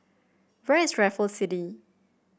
where is Raffles City